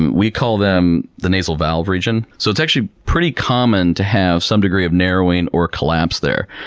and we call them the nasal valve region. so it's actually pretty common to have some degree of narrowing or collapse there.